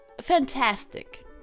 Fantastic